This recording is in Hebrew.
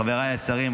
חבריי השרים,